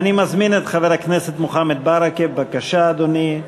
אני מזמין את חבר הכנסת מוחמד ברכה, בבקשה, אדוני,